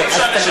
בבקשה.